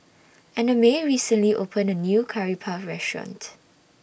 Annamae recently opened A New Curry Puff Restaurant